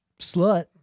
slut